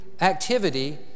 activity